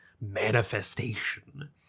manifestation